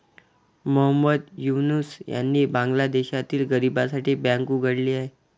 मोहम्मद युनूस यांनी बांगलादेशातील गरिबांसाठी बँक उघडली आहे